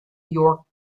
york